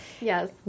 yes